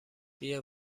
بیا